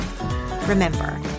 Remember